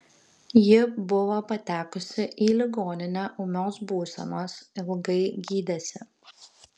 ji buvo patekusi į ligoninę ūmios būsenos ilgai gydėsi